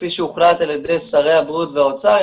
כפי שהוחלט על ידי שרי הבריאות והאוצר,